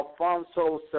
Alfonso